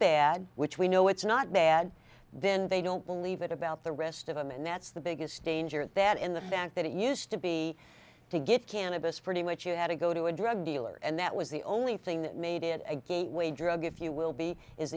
bad which we know it's not bad then they don't believe it about the rest of them and that's the biggest danger that in the bank that it used to be to get cannabis pretty much you had to go to a drug dealer and that was the only thing that made it a gateway drug if you will be